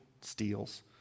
steals